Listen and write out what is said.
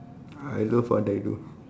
I love what I do